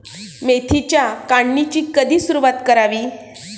मेथीच्या काढणीची कधी सुरूवात करावी?